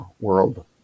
world